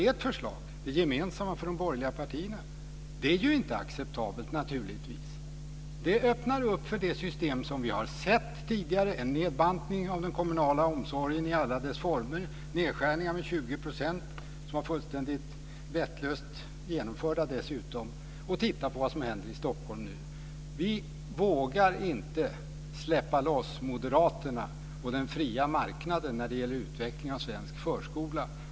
Ert förslag däremot, det gemensamma förslaget från de borgerliga partierna, är naturligtvis inte acceptabelt. Det öppnar för ett system vi har sett tidigare - en nedbantning av den kommunala omsorgen i alla dess former, nedskärningar med 20 %, dessutom fullständigt vettlöst genomförda. Och titta på vad som händer i Stockholm nu! Vi vågar inte släppa loss moderaterna och den fria marknaden när det gäller utvecklingen av svensk förskola.